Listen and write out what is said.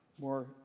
more